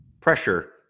pressure